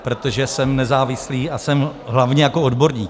Protože jsem nezávislý a jsem hlavně jako odborník.